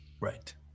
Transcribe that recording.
Right